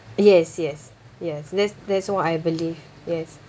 yes yes yes that's that's what I believe yes